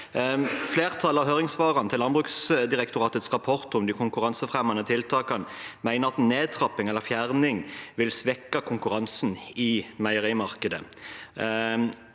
Flertallet av høringssvarene til Landbruksdirektoratets rapport om de konkurransefremmende tiltakene mener at en nedtrapping eller fjerning vil svekke konkurransen i meierimarkedet.